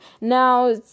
Now